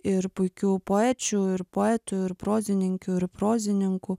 ir puikių poečių ir poetų ir prozininkių ir prozininkų